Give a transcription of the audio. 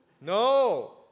No